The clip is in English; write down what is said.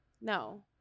no